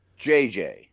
JJ